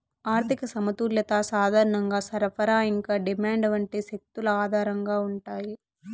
ఆర్థిక సమతుల్యత సాధారణంగా సరఫరా ఇంకా డిమాండ్ వంటి శక్తుల ఆధారంగా ఉంటాయి